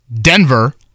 Denver